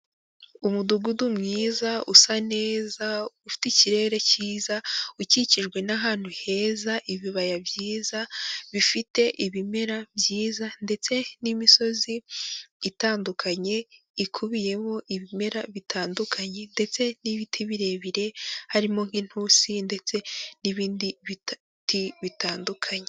Umudugudu mwiza usa neza, ufite ikirere cyiza, ukikijwe n'ahantu heza, ibibaya byiza bifite ibimera byiza ndetse n'imisozi itandukanye ikubiyemo ibimera bitandukanye ndetse n'ibiti birebire harimo nk'inturusi ndetse n'ibindi biti bitandukanye.